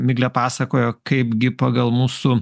miglė pasakojo kaipgi pagal mūsų